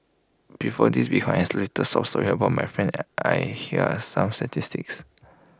before this behind isolated sob story about my friend I here are some statistics